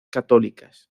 católicas